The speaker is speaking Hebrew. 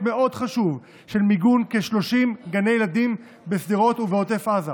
מאוד חשוב של מיגון כ-30 גני ילדים בשדרות ובעוטף עזה.